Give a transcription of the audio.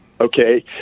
okay